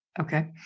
Okay